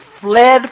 fled